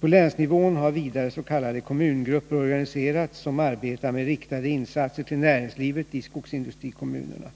På länsnivån har vidare s.k. kommungrupper organiserats som arbetar med riktade insatser till näringslivet i skogsindustrikommunerna.